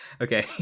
okay